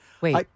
Wait